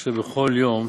כאשר בכל יום